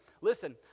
listen